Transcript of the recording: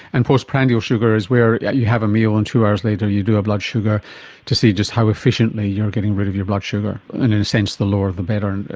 and post-prandial sugar is where you have a meal and two hours later you do a blood sugar to see just how efficiently you are getting rid of your blood sugar, and in a sense the lower the better, and